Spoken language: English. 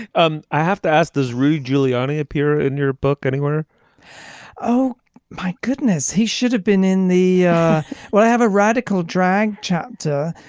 um i have to ask does rudy giuliani appear in your book anywhere oh my goodness he should have been in the yeah well i have a radical drag chapter.